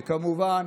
וכמובן,